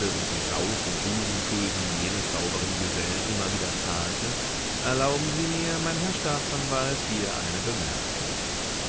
und die sauf und hurenschulden jenes sauberen gesellen immer wieder zahlte erlauben sie mir mein herr staatsanwalt hier eine bemerkung